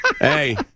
Hey